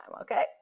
okay